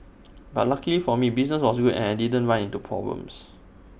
but luckily for me business was good and I didn't run into problems